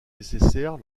nécessaires